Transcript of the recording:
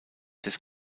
des